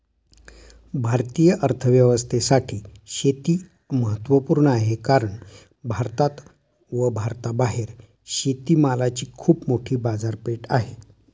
भारतीय अर्थव्यवस्थेसाठी शेती महत्वपूर्ण आहे कारण भारतात व भारताबाहेर शेतमालाची खूप मोठी बाजारपेठ आहे